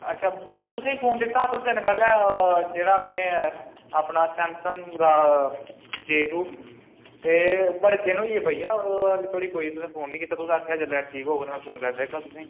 अच्छा बईया तु'सें ई फोन दित्ता हा कुछ दिन पैह्ले जेह्ड़ा में अपना सैमसंग दा जे टू ते बड़े दिन होई गे बईया ओह् हल्लै धोड़ी कोई तुसें फोन निं कीता तुसें आखेआ हा जेल्लै ठीक होग ते में फोन करी देगा तुसें ई